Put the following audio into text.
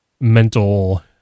mental